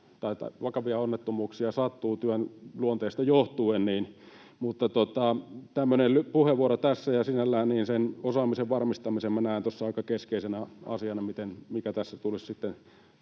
niitä vakavia onnettomuuksia sattuu työn luonteesta johtuen. Tämmöinen puheenvuoro tässä, ja sinällään sen osaamisen varmistamisen näen tuossa aika keskeisenä asiana, mikä tässä tulisi sitten